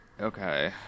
Okay